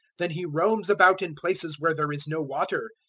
then he roams about in places where there is no water,